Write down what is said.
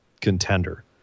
contender